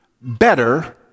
better